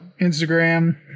Instagram